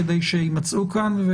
כדי שיימצאו כאן.